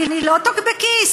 אני לא טוקבקיסט,